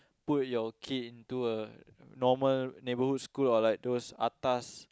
put your kid into a normal neighbourhood school or like those atas